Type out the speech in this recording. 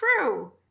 true